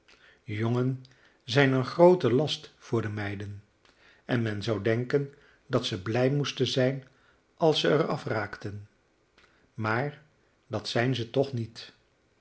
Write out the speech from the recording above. jongen zijn een grooten last voor de meiden en men zou denken dat ze blij moesten zijn als zij er af raakten maar dat zijn ze toch niet